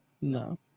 no